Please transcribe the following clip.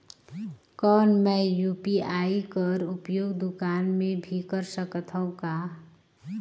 कौन मै यू.पी.आई कर उपयोग दुकान मे भी कर सकथव का?